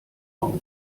auf